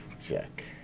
check